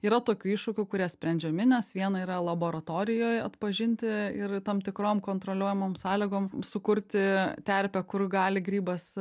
yra tokių iššūkių kurie sprendžiami nes viena yra laboratorijoj atpažinti ir tam tikrom kontroliuojamom sąlygom sukurti terpę kur gali grybas